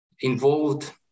involved